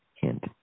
Hint